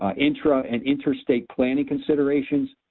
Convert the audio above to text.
ah intra and inter-state planning considerations,